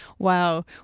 Wow